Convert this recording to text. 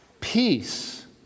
peace